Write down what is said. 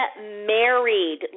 married